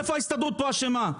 איפה ההסתדרות פה אשמה?